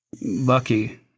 Lucky